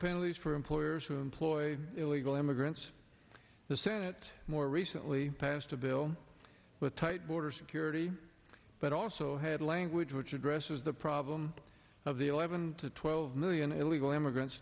penalties for employers who employ illegal immigrants the senate more recently passed a bill with tight border security but also had language which addresses the problem of the eleven to twelve million illegal immigrants